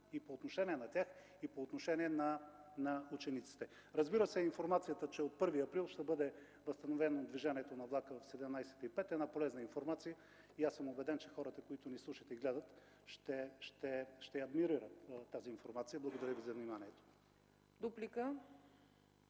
и по отношение на работещите, и по отношение на учениците. Разбира се, информацията, че от 1 април ще бъде възстановено движението на влака в 17,05 ч., е една полезна информация и аз съм убеден, че хората, които ни слушат и гледат, ще адмирират тази информация. Благодаря Ви за вниманието.